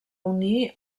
unir